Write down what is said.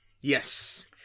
Yes